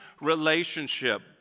relationship